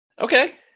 Okay